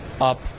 up